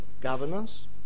governance